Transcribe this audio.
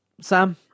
Sam